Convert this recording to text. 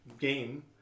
game